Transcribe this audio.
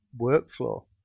workflow